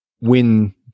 win